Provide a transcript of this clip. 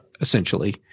essentially